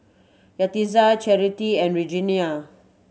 Yaritza Charity and Regenia